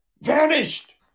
vanished